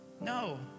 No